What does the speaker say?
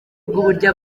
bw’uburyo